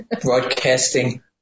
broadcasting